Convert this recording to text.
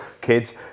kids